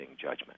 judgment